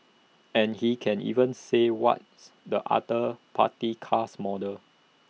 and he can even say what's the other party's cars model